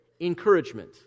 encouragement